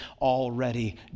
already